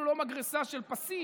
אפילו לא במגרסה של פסים,